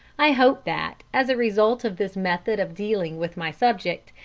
i hope that, as a result of this method of dealing with my subject,